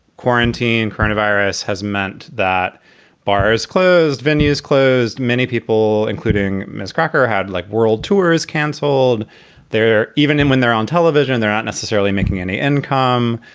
quarantine coronavirus has meant that bars closed, venues closed. many people, including ms. cracker, had like world tours cancelled there. even and when they're on television, they're not necessarily making any income,